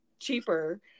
cheaper